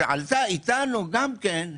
שעלתה איתנו גם כן,